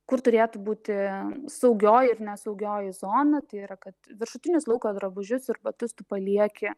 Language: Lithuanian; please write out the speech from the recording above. kur turėtų būti saugioji ir ne saugioji zona tai yra kad viršutinius lauko drabužius ir batus tu palieki